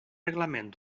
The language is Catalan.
reglament